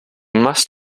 must